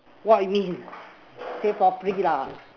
what you mean say properly lah